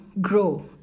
grow